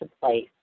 place